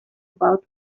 about